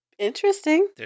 Interesting